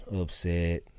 upset